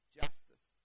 justice